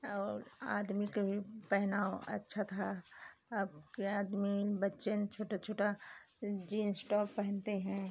और आदमी के पहनाव अच्छा था अब के आदमिन बच्चे छोटा छोटा जींस टॉप पहनते हैं